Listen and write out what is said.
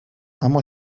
اما